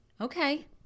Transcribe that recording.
Okay